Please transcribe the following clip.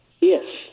Yes